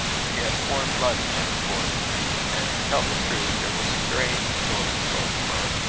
she had foreign blood in her, of course and, to tell the truth, there were strange stories told of her,